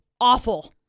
Awful